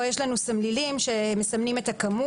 פה יש לנו סמלילים שמסמנים את הכמות.